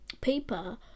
paper